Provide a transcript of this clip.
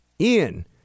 Ian